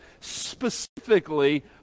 specifically